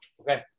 Okay